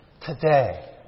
today